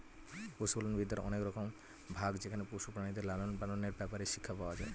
পশুপালন বিদ্যার অনেক রকম ভাগ যেখানে পশু প্রাণীদের লালন পালনের ব্যাপারে শিক্ষা পাওয়া যায়